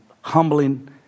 humbling